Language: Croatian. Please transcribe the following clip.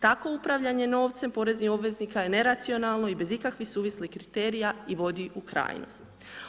Takvo upravljanje novcem poreznih obveznika je neracionalno i bez ikakvih suvislih kriterija i vodi u krajnost.